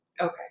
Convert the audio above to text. Okay